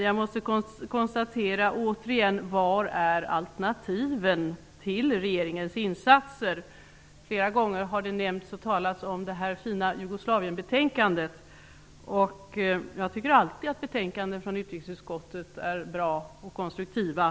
Jag måste dock återigen fråga var alternativen till regeringens insatser finns. Det har flera gånger talats om det fina betänkandet om Jugoslavien. Jag tycker att betänkandena från utrikesutskottet alltid är bra och konstruktiva.